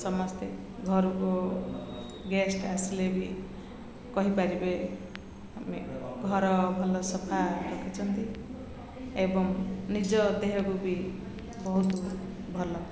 ସମସ୍ତେ ଘରକୁ ଗେଷ୍ଟ ଆସିଲେ ବି କହିପାରିବେ ଆମେ ଘର ଭଲ ସଫା ରଖିଛନ୍ତି ଏବଂ ନିଜ ଦେହକୁ ବି ବହୁତ ଭଲ